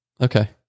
okay